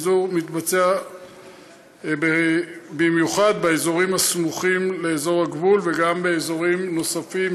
הפיזור מתבצע במיוחד באזורים הסמוכים לאזור הגבול וגם באזורים נוספים,